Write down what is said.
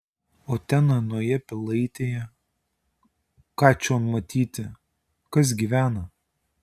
o ten anoje pilaitėje ką čion matyti kas gyvena